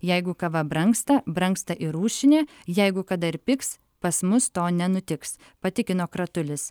jeigu kava brangsta brangsta ir rūšinė jeigu kada ir pigs pas mus to nenutiks patikino kratulis